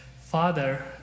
Father